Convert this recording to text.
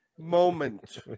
Moment